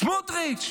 סמוטריץ',